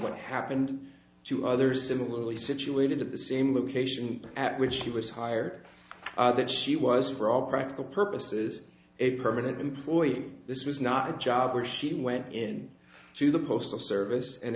what happened to other similarly situated at the same location at which she was hired that she was for all practical purposes a permanent employee this was not a job where she went in to the postal service and